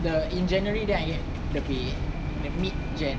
the in january then I get the pay the mid jan